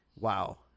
Wow